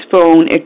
phone